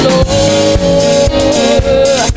Lord